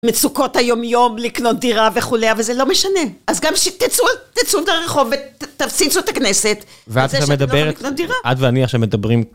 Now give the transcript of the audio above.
מצוקות היומיום לקנות דירה וכו', אבל זה לא משנה. אז גם שתצאו, תצאו את הרחוב ותפציצו את הכנסת. ואת שמדברת, את ואני עכשיו מדברים...